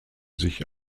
sich